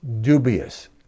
dubious